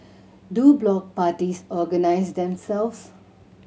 do block parties organise themselves